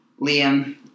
Liam